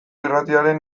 irratiaren